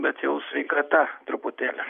bet jau sveikata truputėlį